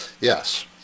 Yes